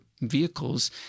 vehicles